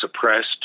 suppressed